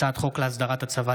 מאת חבר הכנסת